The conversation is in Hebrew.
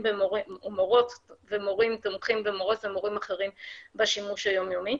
מורות ומורים תומכים אחד בשני בשימוש היום יומי.